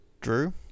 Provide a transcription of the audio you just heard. Drew